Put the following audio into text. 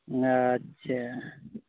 ᱟᱪᱪᱷᱟ